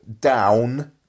down